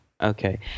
Okay